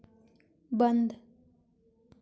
बंद